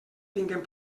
tinguem